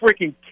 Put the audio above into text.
freaking